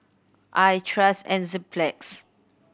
I trust Enzyplex